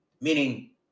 meaning